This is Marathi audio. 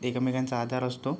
एकमेकांचा आधार असतो